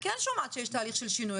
אני כן שומעת שיש תהליך של שינוי,